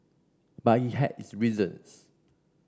but he had his reasons